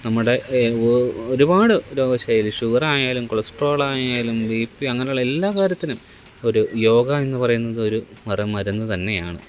നമ്മുടെ ഒരുപാട് രോഗശൈലി ഷുഗറായാലും കൊളസ്ട്രോളായാലും ബിപി അങ്ങനെയുള്ള എല്ലാ കാര്യത്തിനും ഒരു യോഗ എന്ന് പറയുന്നത് ഒരു മറുമരുന്ന് തന്നെയാണ്